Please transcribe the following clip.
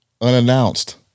unannounced